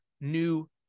new